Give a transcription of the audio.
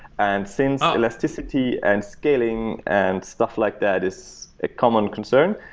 and since elasticity and scaling and stuff like that is a common concern,